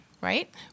right